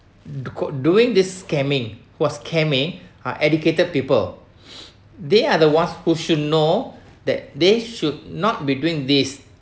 doing this scamming who was scamming are educated people they are the ones who should know that they should not be doing this